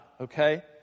okay